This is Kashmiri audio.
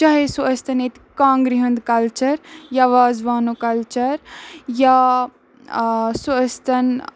چاہے سُہ ٲسۍ تَن ییٚتہِ کانٛگرِ ہُنٛد کَلچَر یا وازوانُک کَلچَر یا سُہ ٲسۍ تَن